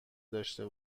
داشته